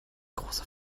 große